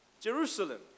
Jerusalem